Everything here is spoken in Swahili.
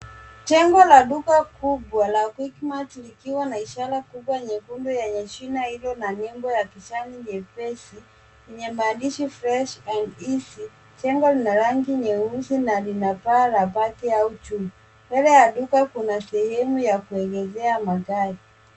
Jengo la duka kubwa la Quickmart likiwa na ishara kubwa nyekundu yenye jina hilo na nembo ya kijani nyepesi yenye maandishi fresh and easy . Jengo lina rangi nyeusi na lina paa la bati au chuma. Mbele ya duka kuna sehemu ya kuegeshea magari.